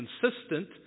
consistent